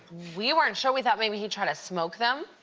we weren't sure. we thought maybe he tried to smoke them.